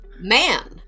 Man